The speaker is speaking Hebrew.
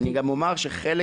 אני גם אומר שחלק